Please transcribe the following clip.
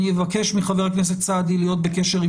אני אבקש מחבר הכנסת סעדי להיות בקשר עם